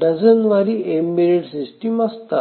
डझनावारी embedded system असतात